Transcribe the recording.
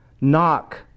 Knock